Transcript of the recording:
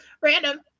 random